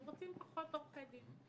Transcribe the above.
הם רוצים פחות עורכי דין.